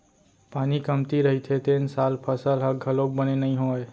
पानी कमती रहिथे तेन साल फसल ह घलोक बने नइ होवय